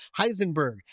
Heisenberg